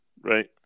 right